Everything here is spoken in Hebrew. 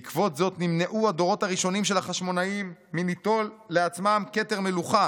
בעקבות זאת נמנעו הדורות הראשונים של החשמונאים מליטול לעצמם כתר מלוכה